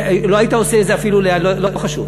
שלא היית עושה את זה אפילו, לא חשוב,